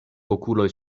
okuloj